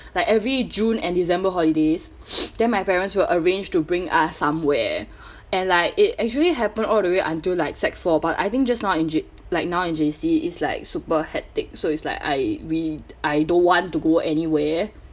like every june and december holidays then my parents will arrange to bring us somewhere and like it actually happen all the way until like sec four but I think just not in J~ like now in J_C is like super hectic so it's like I really I don't want to go anywhere